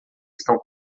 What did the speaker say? estão